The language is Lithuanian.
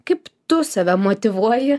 kaip tu save motyvuoji